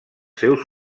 seus